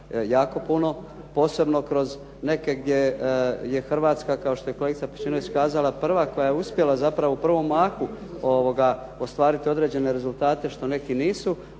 jako puno, posebno kroz neke gdje je Hrvatska, kao što je kolegica Pejčinović kazala, prva koja je uspjela zapravo u prvom mahu ostvariti određene rezultate, što neki nisu,